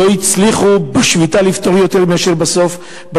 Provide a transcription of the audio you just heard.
לא הצליחו לפתור בסוף יותר מאשר בדיונים.